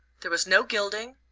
there was no gilding,